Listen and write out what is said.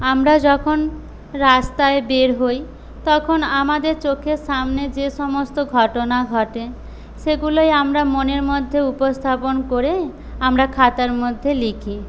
আমরা যখন রাস্তায় বের হই তখন আমাদের চোখের সামনে যে সমস্ত ঘটনা ঘটে সেগুলোই আমরা মনের মধ্যে উপস্থাপন করেই আমরা খাতার মধ্যে লিখি